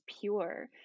pure